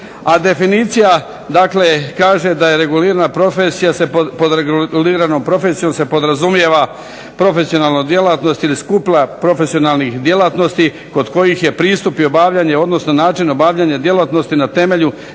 A definicija dakle kaže da regulirana profesija se pod reguliranom profesijom se podrazumijeva profesionalna djelatnost ili skup profesionalnih djelatnosti kod kojih je pristup i obavljanje, odnosno način obavljanja djelatnosti na temelju